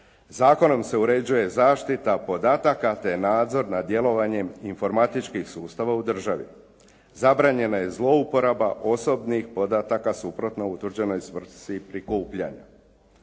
Zakonom se uređuje zaštita podataka, te nadzor nad djelovanjem informatičkih sustava u državi. Zabranjena je zlouporaba osobnih podataka suprotno utvrđenoj svrsi prikupljanja.